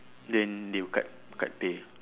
then they will cut cut pay